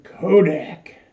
Kodak